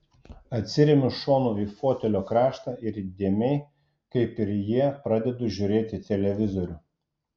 atsiremiu šonu į fotelio kraštą ir įdėmiai kaip ir jie pradedu žiūrėti televizorių